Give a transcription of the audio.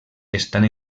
estan